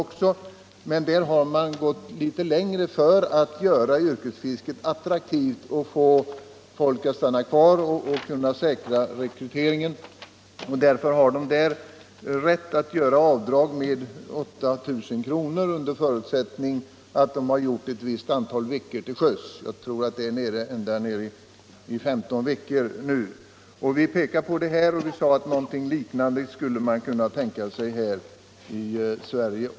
Men i Norge har man gått litet längre = Yrkesfiskares rätt för att göra yrkesfisket attraktivt och få folk att stanna kvar i yrket samt = till avdrag för ökade att säkra rekryteringen. Därför har yrkesfiskarna där rätt att göra avdrag levnadskostnader med 8 000 kr. under förutsättning att de har gjort ett visst antal veckor — m.m. till sjöss — jag tror att det är ända nere i 15 veckor nu. Vi pekade på detta och sade att man skulle kunna tänka sig något liknande i Sverige.